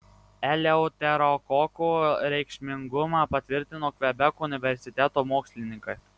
eleuterokoko reikšmingumą patvirtino kvebeko universiteto mokslininkai